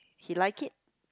he liked it